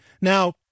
now